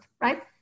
right